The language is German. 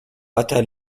butter